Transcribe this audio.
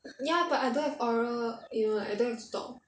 ya but I don't have oral you know like I don't have to talk